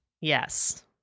yes